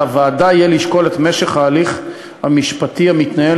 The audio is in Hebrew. על הוועדה יהיה לשקול את משך ההליך המשפטי המתנהל